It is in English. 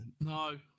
No